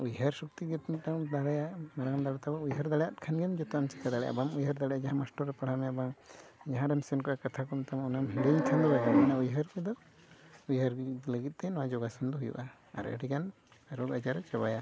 ᱩᱭᱦᱟᱹᱨ ᱥᱚᱠᱛᱤᱜᱮ ᱛᱤᱱᱟᱹᱜ ᱴᱟᱜ ᱮᱢ ᱫᱟᱲᱮᱭᱟᱜᱼᱟ ᱢᱟᱲᱟᱝ ᱫᱟᱲᱮ ᱛᱟᱵᱚ ᱩᱭᱦᱟᱹᱨ ᱫᱟᱲᱮᱭᱟᱫ ᱠᱷᱟᱱᱜᱮᱢ ᱡᱚᱛᱚᱣᱟᱜ ᱮᱢ ᱪᱮᱠᱟ ᱫᱟᱲᱮᱭᱟᱜᱼᱟ ᱟᱨ ᱵᱟᱢ ᱩᱭᱦᱟᱹᱨ ᱫᱟᱲᱮᱭᱟᱜᱼᱟ ᱡᱟᱦᱟᱸ ᱯᱟᱲᱦᱟᱣ ᱢᱮᱭᱟ ᱵᱟᱝ ᱡᱟᱦᱟᱨᱮᱢ ᱥᱮᱱ ᱠᱚᱜᱼᱟ ᱠᱟᱛᱷᱟᱠᱚ ᱢᱮᱛᱟᱢᱟ ᱚᱱᱟᱢ ᱦᱤᱲᱤᱧ ᱠᱷᱟᱱ ᱫᱚ ᱵᱟᱭ ᱜᱟᱱᱚᱜᱼᱟ ᱚᱱᱟ ᱩᱭᱦᱟᱹᱨ ᱛᱮᱫᱚ ᱩᱭᱦᱟᱹᱨ ᱞᱟᱹᱜᱤᱫᱛᱮ ᱱᱚᱣᱟ ᱡᱚᱜᱟᱥᱚᱱ ᱫᱚ ᱦᱩᱭᱩᱜᱼᱟ ᱟᱨ ᱟᱹᱰᱤᱜᱟᱱ ᱨᱳᱜᱽᱼᱟᱡᱟᱨᱮ ᱪᱟᱵᱟᱭᱟ